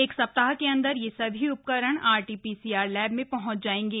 एक सप्ताह के अन्दर ये सभी उपकरण आरटी पीसीआर लैब में पहुंच जाएंगे